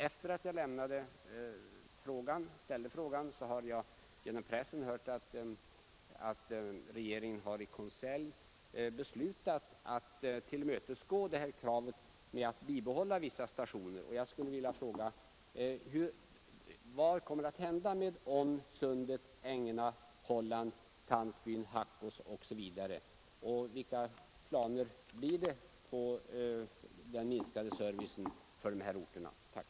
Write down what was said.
Efter det att jag ställde frågan har jag genom pressen erfarit att regeringen i konselj har beslutat tillmötesgå kravet att bibehålla vissa stationer. Jag skulle vilja ställa frågan: Vad kommer att hända med Ånn, Sundet, Ängena, Hålland, Tandsbyn, Hackås osv., och hur blir det med den minskade servicen för dessa orter?